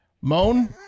Moan